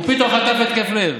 הוא פתאום חטף התקף לב.